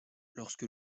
lorsque